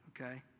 okay